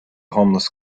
homeless